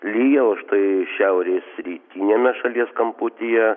lyja o štai šiaurės rytiniame šalies kamputyje